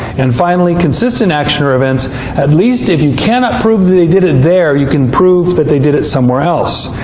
and finally, four. consistent actions or events at least if you cannot prove they did it there, you can prove that they did it somewhere else.